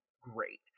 great